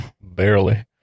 barely